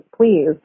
please